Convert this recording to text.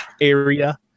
area